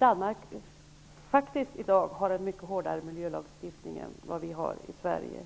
Danmark har i dag faktiskt en mycket hårdare miljölagstiftning än vad vi har i Sverige.